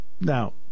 Now